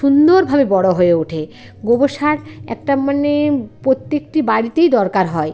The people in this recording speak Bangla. সুন্দরভাবে বড় হয়ে ওঠে গোবর সার একটা মানে প্রত্যেকটি বাড়িতেই দরকার হয়